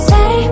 Say